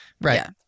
Right